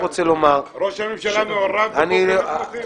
ראש הממשלה מעורב בחוק המתמחים?